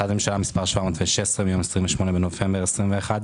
החלטת ממשלה מספר 716 מיום 28 בנובמבר 2021,